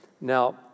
Now